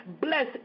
Bless